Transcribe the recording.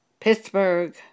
Pittsburgh